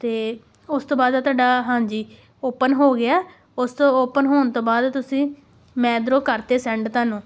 ਅਤੇ ਉਸ ਤੋਂ ਬਾਅਦ ਤੁਹਾਡਾ ਹਾਂਜੀ ਓਪਨ ਹੋ ਗਿਆ ਉਸ ਤੋਂ ਓਪਨ ਹੋਣ ਤੋਂ ਬਾਅਦ ਤੁਸੀਂ ਮੈਂ ਇੱਧਰੋਂ ਕਰਤੇ ਸੈਂਡ ਤੁਹਾਨੂੰ